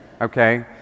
Okay